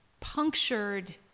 punctured